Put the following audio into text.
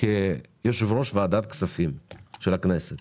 כיושב-ראש ועדת כספים של הכנסת